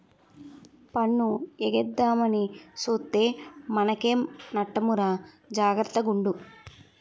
పన్ను ఎగేద్దామని సూత్తే మనకే నట్టమురా జాగర్త గుండు